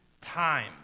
time